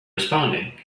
responding